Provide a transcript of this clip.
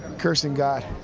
cursing god.